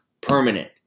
permanent